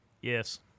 Yes